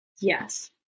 yes